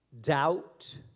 Doubt